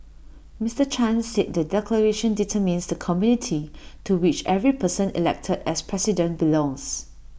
Mister chan said the declaration determines the community to which every person elected as president belongs